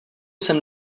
jsem